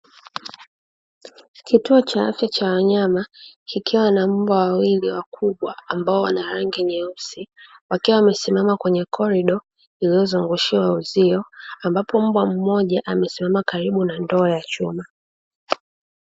Kituo cha afya cha wanyama kikiwa na mbwa wawili wakubwa ambao wana rangi nyeusi, wakiwa wamesimama kwenye korido iliyozungushiwa uzio ambapo mbwa mmoja amesimama karibu na ndoo ya chuma.